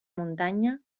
muntanya